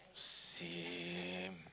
same